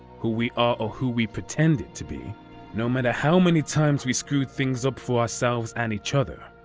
who we are or who we pretended to be no matter how many times we screwed things up for ourselves and each other.